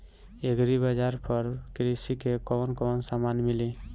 Agri बाजार पर कृषि के कवन कवन समान मिली?